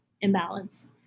imbalance